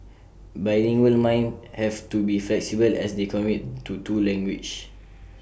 bilingual minds have to be flexible as they commit to two languages